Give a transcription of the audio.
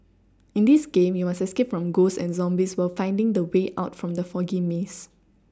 in this game you must escape from ghosts and zombies while finding the way out from the foggy maze